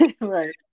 right